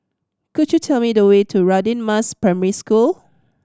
could you tell me the way to Radin Mas Primary School